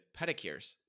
pedicures